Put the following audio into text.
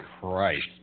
Christ